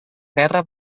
guerra